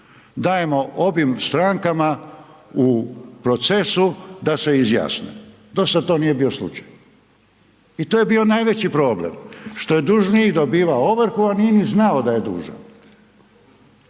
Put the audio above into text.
dajemo obim strankama u procesu da se izjasne. Dosad to nije bio slučaj i to je bio najveći problem što je dužnik dobivao ovrhu, a nije ni znao da je dužan